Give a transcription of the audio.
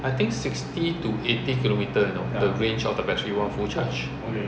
I think sixty to eighty kilometer you know the range of the battery one full charge